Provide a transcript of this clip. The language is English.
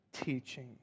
teaching